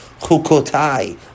Chukotai